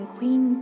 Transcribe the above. Queen